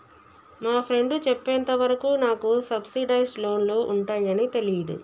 మా ఫ్రెండు చెప్పేంత వరకు నాకు సబ్సిడైజ్డ్ లోన్లు ఉంటయ్యని తెలీదు